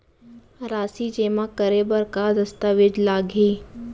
राशि जेमा करे बर का दस्तावेज लागही?